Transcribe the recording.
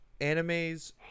animes